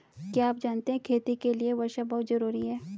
क्या आप जानते है खेती के लिर वर्षा बहुत ज़रूरी है?